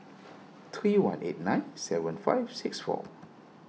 three one eight nine seven five six four